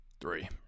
Three